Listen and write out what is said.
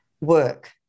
work